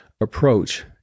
approach